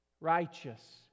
righteous